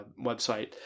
website